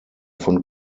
von